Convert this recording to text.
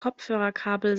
kopfhörerkabel